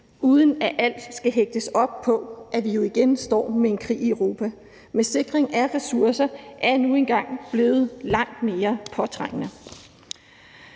uden at alt skal hægtes op på, at vi igen står med en krig i Europa. Men sikring af ressourcer er nu engang blevet langt mere påtrængende.